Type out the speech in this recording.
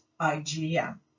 IgM